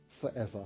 forever